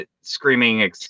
screaming